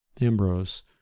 Ambrose